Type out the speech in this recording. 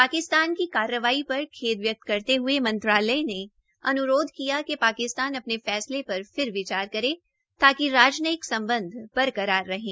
पाकिस्तान की कार्रवाई पर खेद व्यकत करते हये मंत्रालय ने अन्रोध किया कि पाकिस्तान अपने फैसले पर फिर विचार करे ताकि राजनयिक सम्बंध बरकरार रहें